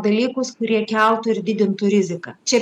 dalykus kurie keltų ir didintų riziką čia